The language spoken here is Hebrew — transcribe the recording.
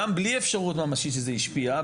גם בלי אפשרות ממשית שזה השפיע.